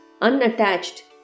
Unattached